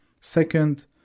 Second